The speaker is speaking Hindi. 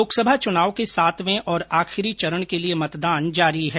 लोकसभा चुनाव के सातवें और आखिरी चरण के लिए मतदान जारी है